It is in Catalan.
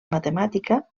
matemàtica